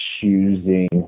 choosing